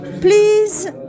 please